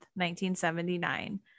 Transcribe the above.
1979